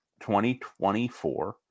2024